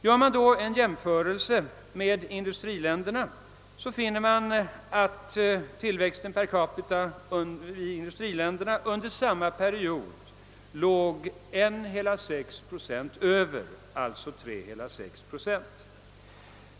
Gör man en jämförelse med industriländerna finner man, att tillväxten per capita i dessa länder under samma period låg 1,6 procent högre, alltså på 3,6 procent.